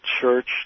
church